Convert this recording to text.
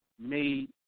Made